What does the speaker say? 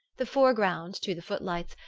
the foreground, to the footlights,